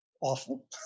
awful